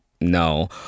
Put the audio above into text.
no